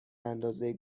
اندازه